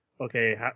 okay